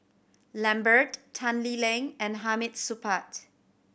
Lambert Tan Lee Leng and Hamid Supaat